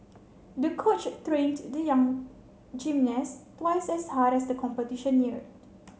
the coach trained the young gymnast twice as hard as the competition neared